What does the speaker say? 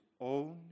own